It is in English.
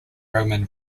roman